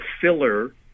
filler